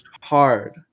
hard